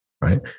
right